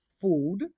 Food